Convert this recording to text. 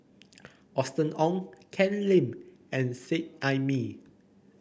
Austen Ong Ken Lim and Seet Ai Mee